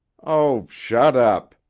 oh shut up!